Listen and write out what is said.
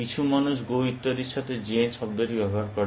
কিছু মানুষ গো ইত্যাদির সাথে জেন শব্দটি ব্যবহার করে